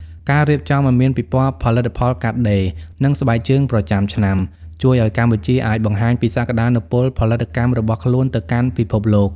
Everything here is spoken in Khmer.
ការរៀបចំឱ្យមានពិព័រណ៍ផលិតផលកាត់ដេរ និងស្បែកជើងប្រចាំឆ្នាំ ជួយឱ្យកម្ពុជាអាចបង្ហាញពីសក្ដានុពលផលិតកម្មរបស់ខ្លួនទៅកាន់ពិភពលោក។